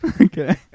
Okay